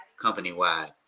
company-wide